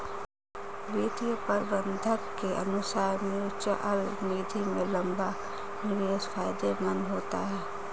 वित्तीय प्रबंधक के अनुसार म्यूचअल निधि में लंबा निवेश फायदेमंद होता है